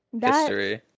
History